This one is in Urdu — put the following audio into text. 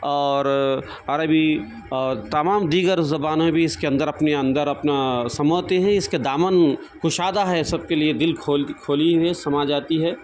اور عربی اور تمام دیگر زبانیں بھی اس کے اندر اپنے اندر اپنا سماتی ہیں اس کا دامن کشادہ ہے سب کے لیے دل کھول کھولی ہوئی ہے سما جاتی ہے